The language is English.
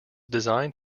designed